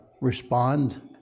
respond